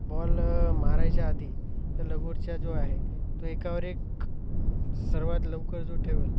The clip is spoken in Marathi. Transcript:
बॉल मारायच्या आधी त्या लगोरीच्या जो आहे तो एकावर एक सर्वात लवकर जो ठेवेल